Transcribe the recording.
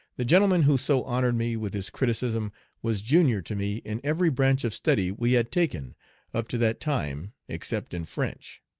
the gentleman who so honored me with his criticism was junior to me in every branch of study we had taken up to that time except in french.